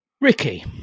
Ricky